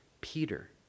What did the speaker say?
Peter